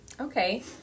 Okay